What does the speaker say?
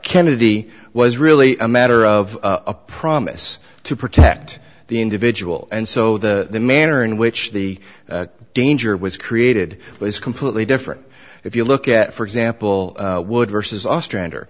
kennedy was really a matter of a promise to protect the individual and so the manner in which the danger was created was completely different if you look at for example would versus austra